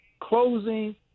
closing